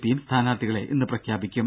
പിയും സ്ഥാനാർത്ഥികളെ ഇന്ന് പ്രഖ്യാപിക്കും